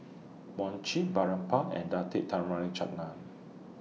Mochi Boribap and Date Tamarind Chutney